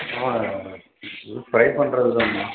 ஆமாம் இது ஃப்ரை பண்ணுறதுதாம்மா